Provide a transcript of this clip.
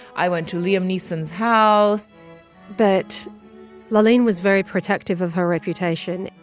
i went to liam neeson's house but laaleen was very protective of her reputation,